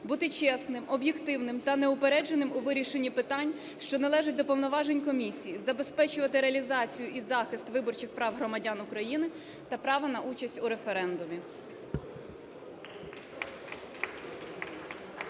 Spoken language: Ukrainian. бути чесним, об'єктивним та неупередженим у вирішенні питань, що належать до повноважень Комісії, забезпечувати реалізацію і захист виборчих прав громадян України та права на участь у референдумі.